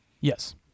Yes